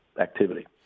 activity